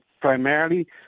primarily